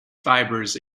fibers